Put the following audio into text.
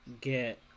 get